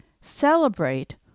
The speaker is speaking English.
celebrate